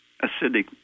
acidic